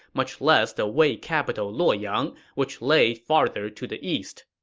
much less the wei capital luoyang, which laid farther to the east.